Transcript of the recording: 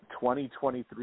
2023